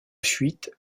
fuite